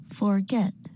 forget